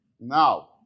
Now